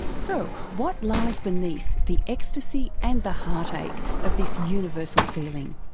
so what lies beneath the ecstasy and the heartache of this universal feeling?